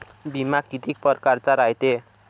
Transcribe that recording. बिमा कितीक परकारचा रायते?